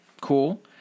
cool